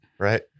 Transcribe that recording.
right